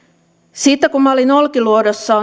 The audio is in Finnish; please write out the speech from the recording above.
siitä kun minä olin olkiluodossa